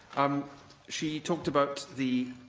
um she talked about the